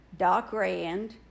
docrand